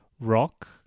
rock